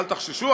אל תחששו,